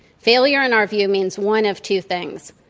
failure in our view means one of two things.